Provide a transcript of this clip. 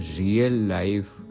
real-life